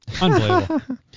Unbelievable